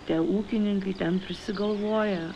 tie ūkininkai ten prisigalvoja